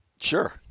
Sure